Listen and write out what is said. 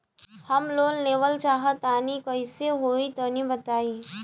हम लोन लेवल चाह तनि कइसे होई तानि बताईं?